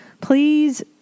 Please